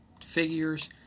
figures